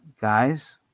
guys